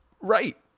Right